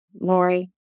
Lori